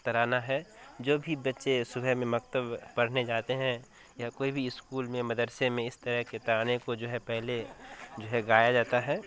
ترانہ ہے جو بھی بچے صبح مکتب پڑھنے جاتے ہیں یا کوئی بھی اسکول میں مدرسے میں اس طرح کے گانے کو جو ہے پہلے جو ہے گایا جاتا ہے